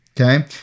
Okay